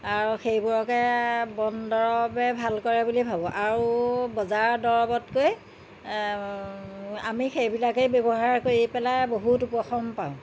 আৰু সেইবোৰকে বন্দৰৱে ভাল কৰে বুলি ভাবোঁ আৰু বজাৰৰ দৰৱতকৈ আমি সেইবিলাকেই ব্যৱহাৰ কৰি পেলাই বহুত উপশম পাওঁ